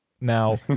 Now